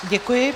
Děkuji.